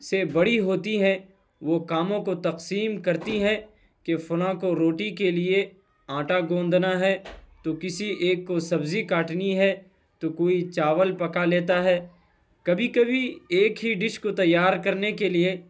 سے بڑی ہوتی ہے وہ کاموں کو تقسیم کرتی ہے کہ فلاں کو روٹی کے لیے آٹا گوندھنا ہے تو کسی ایک کو سبزی کاٹنی ہے تو کوئی چاول پکا لیتا ہے کبھی کبھی ایک ہی ڈش کو تیار کرنے کے لیے